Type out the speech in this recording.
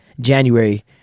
January